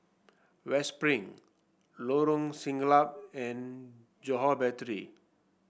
West Spring Lorong Siglap and Johore Battery